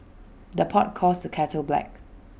the pot calls the kettle black